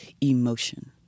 emotion